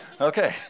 Okay